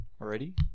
already